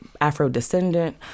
Afro-descendant